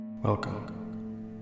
Welcome